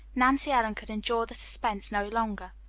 nancy ellen could endure the suspense no longer.